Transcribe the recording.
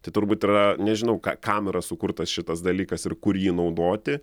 tai turbūt yra nežinau ka kam yra sukurtas šitas dalykas ir kur jį naudoti